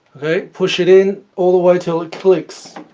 okay push it in all the way till it clicks